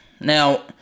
Now